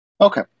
Okay